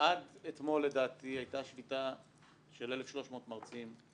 עד אתמול לדעתי הייתה שביתה של 1,300 מרצים,